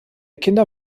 kinder